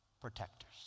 protectors